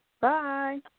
Bye